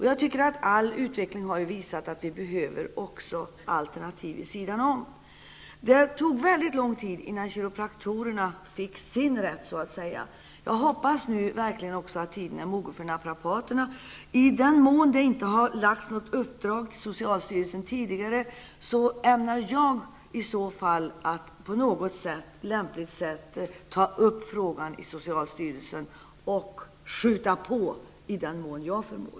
Jag tycker att all utveckling har visat att vi behöver även alternativ vid sidan om. Det tog mycket lång tid innan kiropraktorerna så att säga fick sin rätt. Jag hoppas verkligen att tiden nu är mogen även för naprapaterna. I den mån socialstyrelsen inte har fått något uppdrag ämnar jag på något lämpligt sätt att verka för att ta upp frågan i socialstyrelsen och skjuta på i den mån jag förmår.